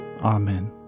Amen